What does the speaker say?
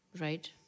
right